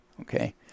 Okay